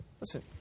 Listen